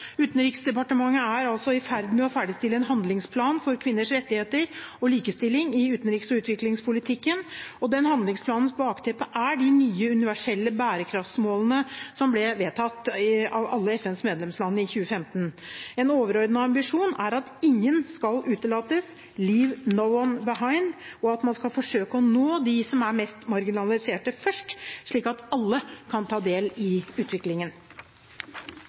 Utenriksdepartementet er i ferd med å ferdigstille en handlingsplan for kvinners rettigheter og likestilling i utenriks- og utviklingspolitikken, og handlingsplanens bakteppe er de nye universelle bærekraftmålene som ble vedtatt av alle FNs medlemsland i 2015. En overordnet ambisjon er at ingen skal utelates – «leave no one behind» – og at man skal forsøke å nå dem som er mest marginalisert, først, slik at alle kan ta del i utviklingen.